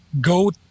go